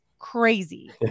crazy